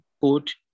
put